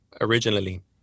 originally